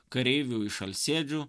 kareivių iš alsėdžių